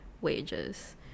wages